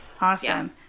Awesome